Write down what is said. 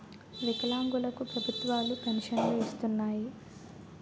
వికలాంగులు కు ప్రభుత్వాలు పెన్షన్ను ఇస్తున్నాయి